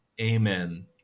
Amen